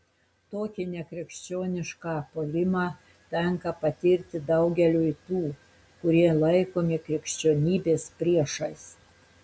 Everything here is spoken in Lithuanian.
tokį nekrikščionišką puolimą tenka patirti daugeliui tų kurie laikomi krikščionybės priešais